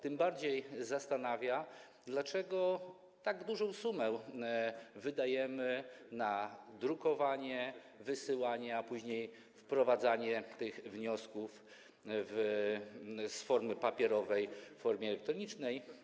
Tym bardziej zastanawia, dlaczego tak dużą sumę wydajemy na drukowanie, wysyłanie, a później wprowadzanie tych wniosków, przekształcanie z formy papierowej w formę elektroniczną.